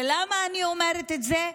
ולמה אני אומרת את זה?